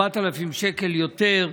4,000 שקל יותר.